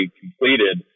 completed